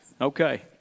Okay